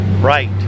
right